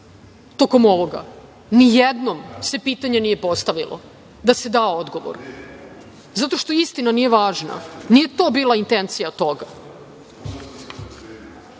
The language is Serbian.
tokom ovoga. Ni jednom se to pitanje nije postavilo, da se da odgovor, zato što istina nije važna. Nije to bila intencija